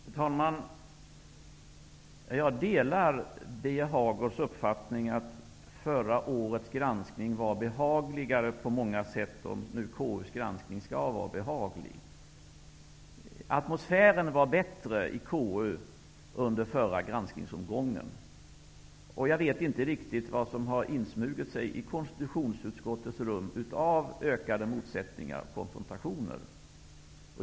Fru talman! Jag delar Birger Hagårds uppfattning att förra årets granskning var behagligare på många sätt, om nu KU:s granskning skall vara behaglig. Atmosfären var bättre i KU under förra granskningsomgången. Jag vet inte riktigt vad som har insmugit sig i konstitutionsutskottets rum av ökade motsättningar och konfrontationer.